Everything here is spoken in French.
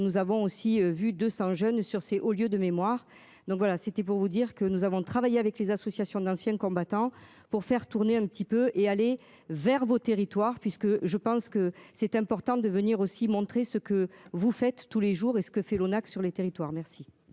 nous avons aussi vu 200 jeunes sur c'est au lieu de mémoire. Donc voilà c'était pour vous dire que nous avons travaillé avec les associations d'anciens combattants pour faire tourner un petit peu et aller vers vos territoire puisque je pense que c'est important de venir aussi montrer ce que vous faites tous les jours et ce que fait l'ONAC sur les territoires. Merci.